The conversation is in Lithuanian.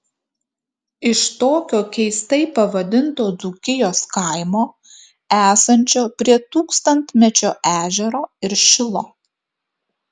iš tokio keistai pavadinto dzūkijos kaimo esančio prie tūkstantmečio ežero ir šilo